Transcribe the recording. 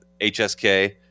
HSK